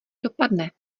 dopadne